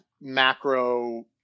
macro